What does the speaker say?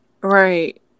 Right